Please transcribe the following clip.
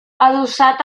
adossats